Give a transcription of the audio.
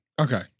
okay